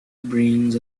brains